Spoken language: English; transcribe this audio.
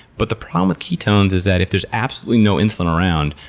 but the problem with ketones is that, if there's absolutely no insulin around,